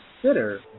consider